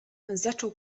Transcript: zaczął